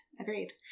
agreed